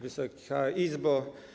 Wysoka Izbo!